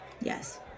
yes